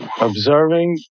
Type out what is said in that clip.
Observing